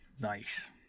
Nice